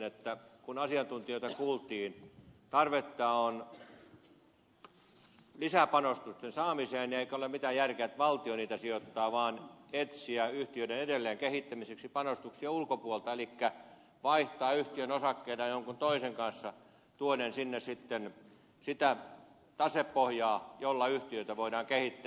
toteaisin kun asiantuntijoita kuultiin että tarvetta on lisäpanostusten saamiseen eikä ole mitään järkeä että valtio niihin sijoittaa vaan pitää etsiä yhtiöiden edelleenkehittämiseksi panostuksia ulkopuolelta elikkä vaihtaa yhtiön osakkeita jonkun toisen kanssa tuoden sinne sitten sitä tasepohjaa jolla yhtiöitä voidaan kehittää